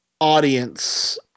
audience